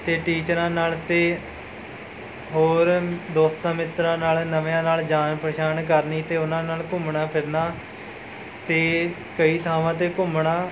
ਅਤੇ ਟੀਚਰਾਂ ਨਾਲ਼ ਅਤੇ ਹੋਰ ਦੋਸਤਾਂ ਮਿੱਤਰਾਂ ਨਾਲ਼ ਨਵਿਆਂ ਨਾਲ਼ ਜਾਣ ਪਛਾਣ ਕਰਨੀ ਅਤੇ ਉਹਨਾਂ ਨਾਲ਼ ਘੁੰਮਣਾ ਫਿਰਨਾ ਅਤੇ ਕਈ ਥਾਵਾਂ 'ਤੇ ਘੁੰਮਣਾ